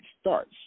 starts